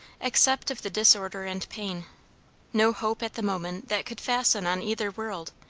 except of the disorder and pain no hope at the moment that could fasten on either world,